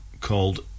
called